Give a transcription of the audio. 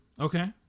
Okay